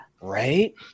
Right